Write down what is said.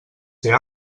ser